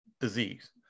disease